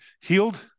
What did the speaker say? healed